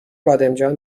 بادمجان